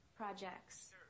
projects